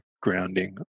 grounding